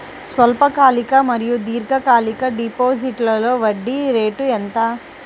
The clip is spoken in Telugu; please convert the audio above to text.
స్వల్పకాలిక మరియు దీర్ఘకాలిక డిపోజిట్స్లో వడ్డీ రేటు ఎంత?